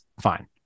Fine